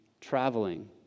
traveling